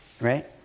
right